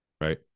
Right